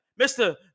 Mr